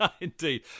Indeed